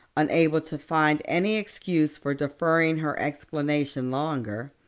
unable to find any excuse for deferring her explanation longer,